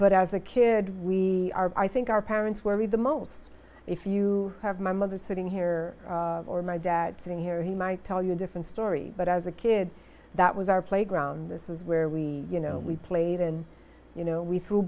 but as a kid we are i think our parents were the most if you have my mother sitting here or my dad sitting here he might tell you a different story but as a kid that was our playground this is where we you know we played and you know we threw